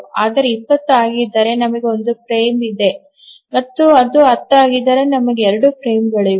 ಅದು 20 ಆಗಿದ್ದರೆ ನಮಗೆ ಒಂದು ಫ್ರೇಮ್ ಇದೆ ಮತ್ತು ಅದು 10 ಆಗಿದ್ದರೆ ನಮಗೆ 2 ಫ್ರೇಮ್ಗಳಿವೆ